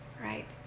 right